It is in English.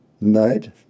night